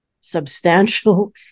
substantial